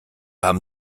haben